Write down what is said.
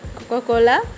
Coca-Cola